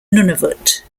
nunavut